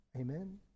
Amen